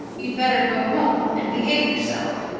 you'd better go home and behave yourself.